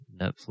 Netflix